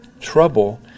trouble